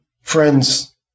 Friends